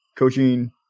coaching